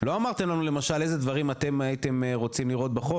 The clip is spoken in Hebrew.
לא אמרתם לנו למשל איזה דברים אתם הייתם רוצים לראות בחוק?